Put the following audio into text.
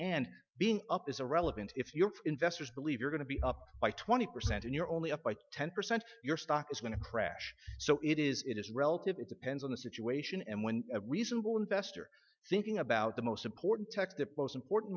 and being up is irrelevant if your investors believe you're going to be up by twenty percent and you're only up by ten percent your stock is going to crash so it is it is relative it depends on the situation and when reasonable investor thinking about the most important techs the most important